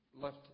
left